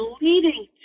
leading